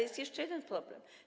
Jest jeszcze jeden problem.